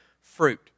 fruit